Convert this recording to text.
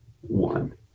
one